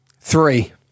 Three